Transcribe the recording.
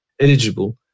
eligible